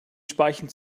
speichen